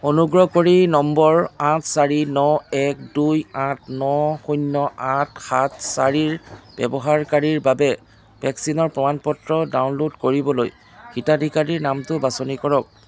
অনুগ্ৰহ কৰি নম্বৰ আঠ চাৰি ন এক দুই আঠ ন শূন্য় আঠ সাত চাৰিৰ ব্যৱহাৰকাৰীৰ বাবে ভেকচিনৰ প্ৰমাণ পত্ৰ ডাউনলোড কৰিবলৈ হিতাধিকাৰীৰ নামটো বাছনি কৰক